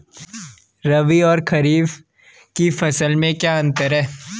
रबी और खरीफ की फसल में क्या अंतर है?